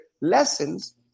lessons